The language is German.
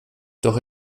doch